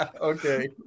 okay